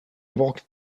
walked